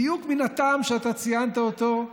בדיוק מן הטעם שאתה ציינת אותו,